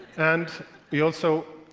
and we also,